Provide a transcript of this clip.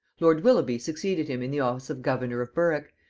lord willoughby succeeded him in the office of governor of berwick,